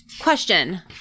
Question